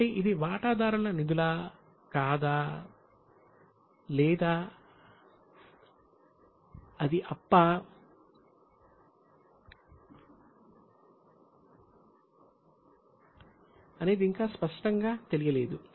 కాబట్టి ఇది వాటాదారుల నిధులా లేదా అది అప్పా అనేది ఇంకా స్పష్టంగా తెలియలేదు